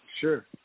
sure